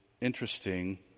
interesting